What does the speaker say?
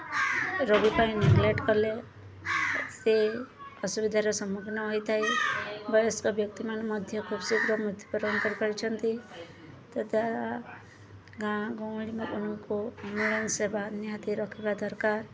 ରୋଗୀ ପାଇଁ ନେଗ୍ଲେକ୍ଟ୍ କଲେ ସେ ଅସୁବିଧାର ସମ୍ମୁଖୀନ ହୋଇଥାଏ ବୟସ୍କ ବ୍ୟକ୍ତିମାନେ ମଧ୍ୟ ଖୁବ୍ ଶୀଘ୍ର ମୃତ୍ୟୁବରଣ କରିପାରିଛନ୍ତି ତା'ଦ୍ଵାରା ଗାଁ ଗହଳିମାନଙ୍କୁ ଆମ୍ବୁଲାନ୍ସ ସେବା ନିହାତି ରଖିବା ଦରକାର